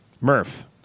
Murph